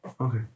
Okay